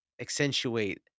accentuate